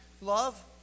love